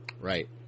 Right